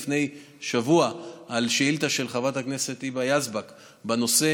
עניתי לפני שבוע על שאילתה של חברת הכנסת היבה יזבק בנושא.